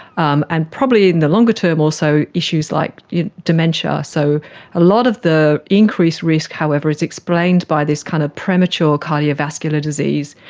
um and probably in the longer term also issues like you know dementia. so a lot of the increased risk however is explained by this kind of premature cardiovascular disease,